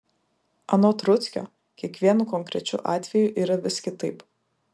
anot rudzkio kiekvienu konkrečiu atveju yra vis kitaip